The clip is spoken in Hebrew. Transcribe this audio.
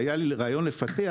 והיה לי רעיון לפתח,